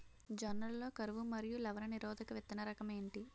జొన్న లలో కరువు మరియు లవణ నిరోధక విత్తన రకం ఏంటి?